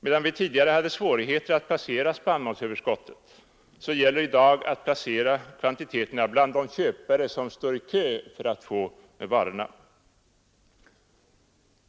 Medan vi tidigare hade svårigheter att placera spannmålsöverskottet gäller det i dag att placera kvantiteterna bland de köpare som står i kö för att få varorna.